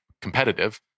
competitive